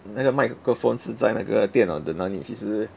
那个麦克风是在那个电脑的哪里其实